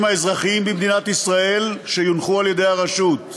האזרחיים במדינת ישראל שיונחו על-ידי הרשות.